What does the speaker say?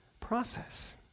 process